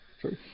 true